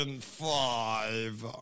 five